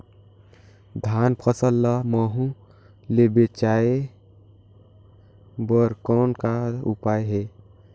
धान फसल ल महू ले बचाय बर कौन का उपाय हे?